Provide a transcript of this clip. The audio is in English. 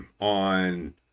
on